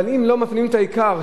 אבל אם לא מפנימים את העיקר,